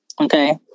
okay